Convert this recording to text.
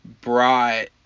brought